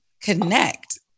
connect